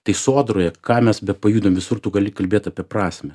tik sodroje ką mes bepajudinam visur tu gali kalbėt apie prasmę